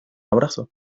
abrazo